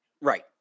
Right